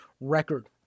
record